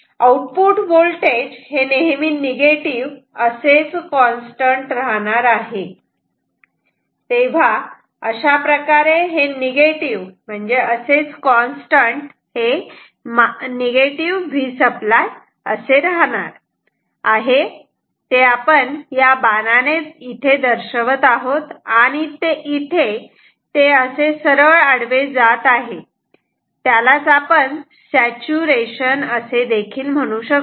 output voltage नेहमी negative असेच constant राहणार आहे तेव्हा अशाप्रकारे हे निगेटिव असेच कॉन्स्टंट Vसप्लाय असे राहणार आहे ते आपण या बाणाने दर्शवत आहोत आणि इथे ते असे सरळ आडवे जात आहेत त्यालाच आपण सॅचूरेशन असे देखील म्हणू शकतो